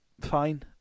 Fine